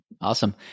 Awesome